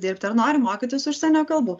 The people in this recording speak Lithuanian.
dirbti ar nori mokytis užsienio kalbų